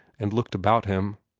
and looked about him.